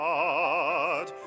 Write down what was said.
God